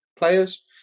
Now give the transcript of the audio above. players